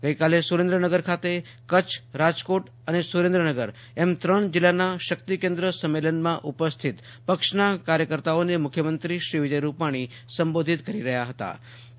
ગઈ કાલે સુરેન્દ્ર નગર ખાતે કચ્છરાજકોટ અને સુરેન્દ્રનગર એમ ત્રણ જિલ્લાના શક્તિ કેમ્પ સંમેલનમાં ઉપસ્થિત પક્ષના કાર્યકર્તાઓને મુખ્યમંત્રી શ્રી વિજય રૂપાણી સંબોધન કરી રહ્યા ફતા